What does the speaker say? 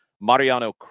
Mariano